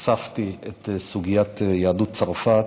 הצפתי את סוגיית יהדות צרפת.